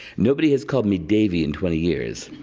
nobody has called me davey in twenty years.